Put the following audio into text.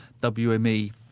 WME